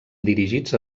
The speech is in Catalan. dirigits